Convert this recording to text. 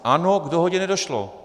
Ano, k dohodě nedošlo.